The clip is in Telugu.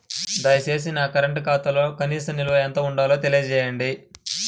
దయచేసి నా కరెంటు ఖాతాలో కనీస నిల్వ ఎంత ఉండాలో తెలియజేయండి